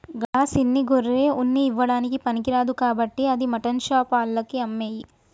గా సిన్న గొర్రె ఉన్ని ఇయ్యడానికి పనికిరాదు కాబట్టి అది మాటన్ షాప్ ఆళ్లకి అమ్మేయి